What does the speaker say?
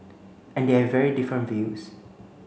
and they have very different views